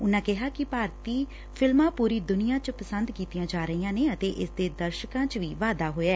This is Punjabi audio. ਉਨੂਾਂ ਕਿਹਾ ਕਿ ਭਾਰਤੀ ਫਿਲਮਾਂ ਪੂਰੀ ਦੁਨੀਆਂ ਚ ਪਸੰਦ ਕੀਤੀਆਂ ਜਾ ਰਹੀਆਂ ਨੇ ਅਤੇ ਇਸ ਦੇ ਦਰਸ਼ਕਾਂ ਚ ਵੀ ਵਾਧਾ ਹੋਇਐ